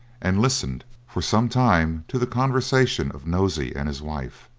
and listened for some time to the conversation of nosey and his wife,